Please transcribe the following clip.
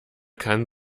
kann